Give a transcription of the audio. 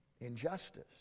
injustice